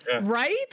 Right